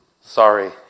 sorry